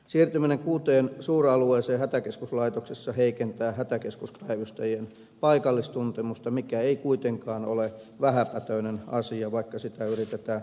siirtyminen kuuteen suuralueeseen hätäkeskuslaitoksessa heikentää hätäkeskuspäivystäjien paikallistuntemusta mikä ei kuitenkaan ole vähäpätöinen asia vaikka sitä yritetään mitättömäksi tehdä